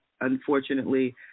unfortunately